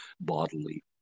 bodily